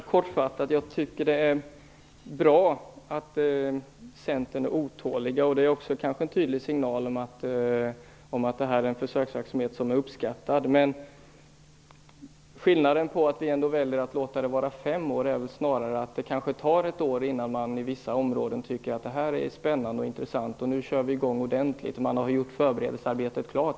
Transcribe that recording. Fru talman! Jag skall vara kortfattad. Jag tycker att det är bra att Centern är otålig. Det är kanske en tydlig signal om att detta är en försöksverksamhet som är uppskattad. Men anledningen till att vi ändå väljer att låta den pågå under fem är väl snarare att det kanske tar ett år innan man i vissa områden tycker att detta är spännande och intressant och vill köra i gång ordentligt när man har gjort förberedelsearbetet klart.